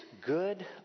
good